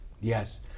Yes